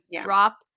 drop